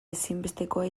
ezinbestekoa